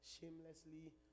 shamelessly